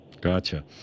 Gotcha